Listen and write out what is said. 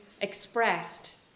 expressed